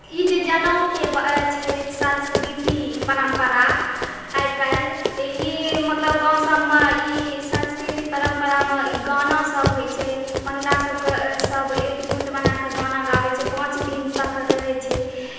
ई जे जनेउके छै संस्कृति परम्परा आइकाल्हि ई मतलब गामसबमे ई संस्कृति परम्परामे ई गानासब होइ छै महिलासबके सब एक झुण्ड बनाकऽ गाना गाबै छै पाँच दिन तक रहै छै